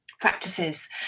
practices